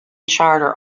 charter